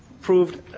proved